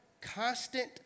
constant